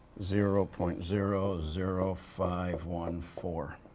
zero point zero zero five one four.